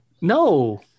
No